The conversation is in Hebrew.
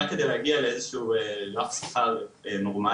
רק כדי להגיע לאיזה שהוא רף שכר נורמלי,